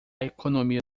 economia